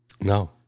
No